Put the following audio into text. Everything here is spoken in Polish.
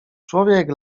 człowiek